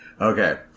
Okay